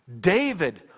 David